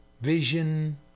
vision